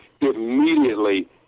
immediately